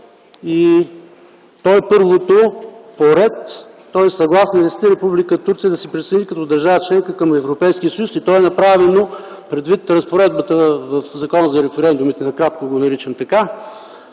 То е първото по ред и то е: „Съгласни ли сте Република Турция да се присъедини като държава членка към Европейския съюз?”. То е направено предвид разпоредбата в Закона за референдумите, накратко го наричам така,